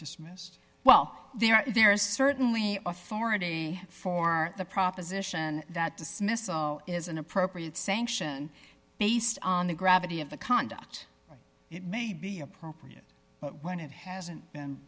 dismissed well there there is certainly authority for the proposition that dismissal is an appropriate sanction based on the gravity of the conduct it may be appropriate when it hasn't been